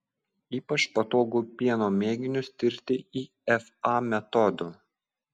ypač patogu pieno mėginius tirti ifa metodu